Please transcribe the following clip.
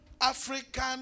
African